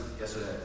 yesterday